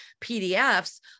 PDFs